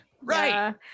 Right